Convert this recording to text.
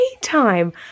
time